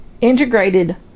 integrated